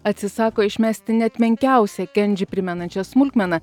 atsisako išmesti net menkiausią kendžį primenančią smulkmeną